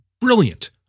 brilliant